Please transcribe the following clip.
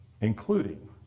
including